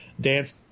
dance